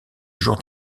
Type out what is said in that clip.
jour